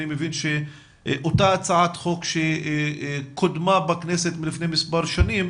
אני מבין שאותה הצעת חוק שקודמה בכנסת לפני מספר שנים